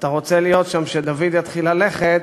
אתה רוצה להיות שם כשדוד יתחיל ללכת,